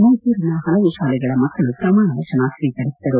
ಮೈಸೂರಿನ ಹಲವು ಶಾಲೆಗಳ ಮಕ್ಕಳು ಪ್ರಮಾಣವಚನ ಸ್ವೀಕರಿಸಿದರು